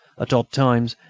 at odd times,